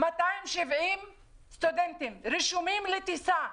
יש 270 סטודנטים שרשומים לטיסה,